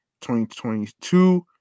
2022